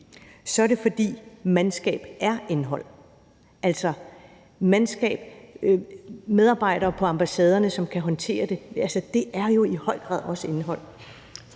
er det, fordi mandskab er indhold. Medarbejdere på ambassaderne, som kan håndtere det, er jo i høj grad også indhold.